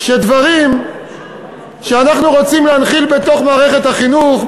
דברים שאנחנו רוצים להנחיל בתוך מערכת החינוך,